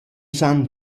san